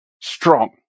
strong